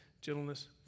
gentleness